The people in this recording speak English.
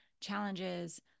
challenges